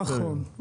נכון.